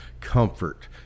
comfort